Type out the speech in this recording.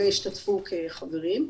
הם השתתפו כחברים,